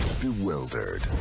bewildered